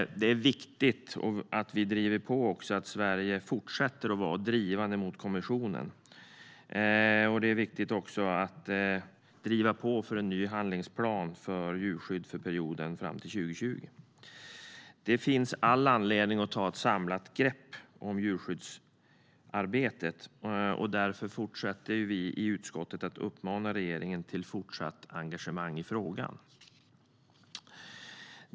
Det är viktigt att Sverige fortsätter att vara drivande mot kommissionen för en ny handlingsplan för djurskydd fram till 2020. Det finns all anledning att ta ett samlat grepp om djurskyddsarbetet. Därför fortsätter vi i utskottet att uppmana regeringen till fortsatt engagemang i frågan.